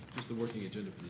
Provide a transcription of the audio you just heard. just the working agenda